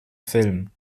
film